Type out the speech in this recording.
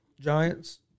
Giants